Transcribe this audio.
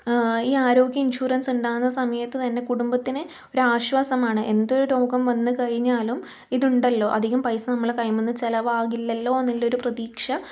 ഈ ആരോഗ്യ ഇൻഷുറൻസ് ഉണ്ടാകുന്ന സമയത്തു തന്നെ കുടുംബത്തിന് ഒരു ആശ്വാസമാണ് എന്തൊരു രോഗം വന്നു കഴിഞ്ഞാലും ഇതുണ്ടല്ലോ അധികം പൈസ നമ്മള കൈമേന്ന് ചിലവാകില്ലല്ലോ എന്നുള്ളൊരു പ്രതീക്ഷ